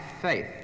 faith